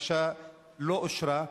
הבקשה לא אושרה,